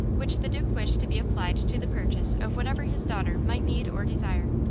which the duke wished to be applied to the purchase of whatever his daughter might need or desire.